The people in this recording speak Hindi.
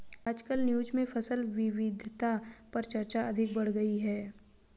आजकल न्यूज़ में फसल विविधता पर चर्चा अधिक बढ़ गयी है